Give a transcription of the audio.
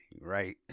right